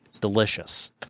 Delicious